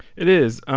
it is.